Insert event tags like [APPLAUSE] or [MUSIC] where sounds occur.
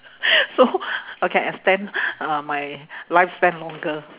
[LAUGHS] so I can extend uh my lifespan longer